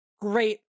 Great